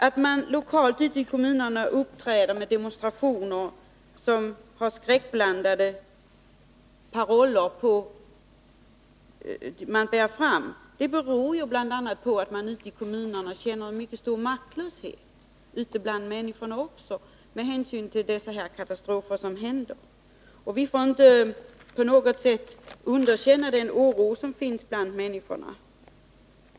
Att man lokalt ute i kommunerna demonstrerar med skräckblandade paroller beror bl.a. på att människorna ute i kommunerna känner en mycket stor maktlöshet med tanke på de katastrofer som inträffar. Vi får inte underkänna den oro som finns bland människorna.